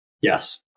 Yes